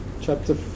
Chapter